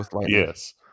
Yes